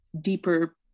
deeper